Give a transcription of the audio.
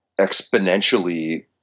exponentially